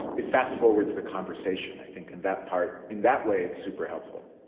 it fast forwards the conversation, i think in that part. in that way, it's super helpful